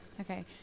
Okay